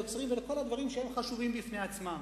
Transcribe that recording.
וליוצרים, ולכל הדברים שהם חשובים בפני עצמם,